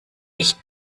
ich